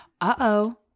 Uh-oh